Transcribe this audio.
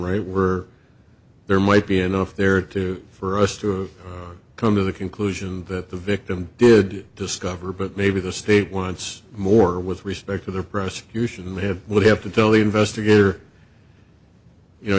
right were there might be enough there to for us to come to the conclusion that the victim did discover but maybe the state once more with respect to the prosecution would have would have to tell the investigator you know